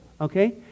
okay